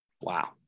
wow